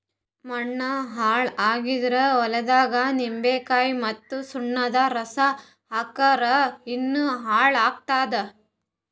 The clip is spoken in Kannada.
ಮಣ್ಣ ಹಾಳ್ ಆಗಿದ್ ಹೊಲ್ದಾಗ್ ನಿಂಬಿಕಾಯಿ ಮತ್ತ್ ಸುಣ್ಣದ್ ರಸಾ ಹಾಕ್ಕುರ್ ಇನ್ನಾ ಹಾಳ್ ಆತ್ತದ್